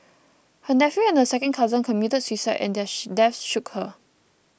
her nephew and a second cousin committed suicide and their deaths shook her